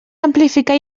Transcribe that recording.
amplificar